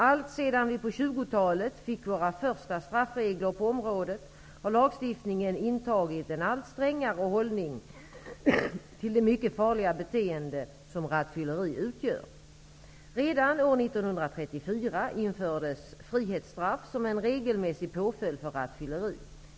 Alltsedan vi på 1920-talet fick våra första straffregler på området har lagstiftningen intagit en allt strängare hållning till det mycket farliga beteende som rattfylleri utgör. Redan år 1934 infördes frihetsstraff som en regelmässig påföljd för rattfylleri.